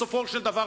בסופו של דבר,